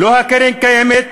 לא קרן קיימת,